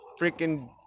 freaking